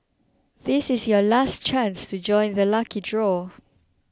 this is your last chance to join the lucky draw